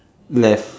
left